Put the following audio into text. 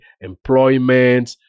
employment